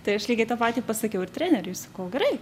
tai aš lygiai tą patį pasakiau ir treneriui sakau gerai